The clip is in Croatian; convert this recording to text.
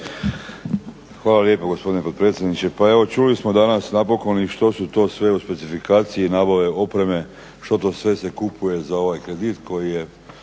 Hvala lijepo gospodine potpredsjedniče. Pa evo čuli smo danas napokon i što su to sve u specifikaciji nabave opreme, što to sve se kupuje za ovaj kredit koji je